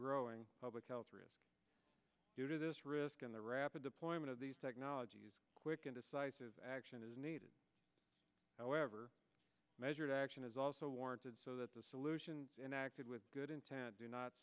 growing public health risk due to this risk and the rapid deployment of these technologies quick and decisive action is needed however measured action is also warranted so that the solution enacted with good intent do not